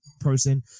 person